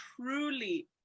truly